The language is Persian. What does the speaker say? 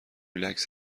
ریلکس